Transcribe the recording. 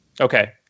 Okay